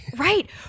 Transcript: Right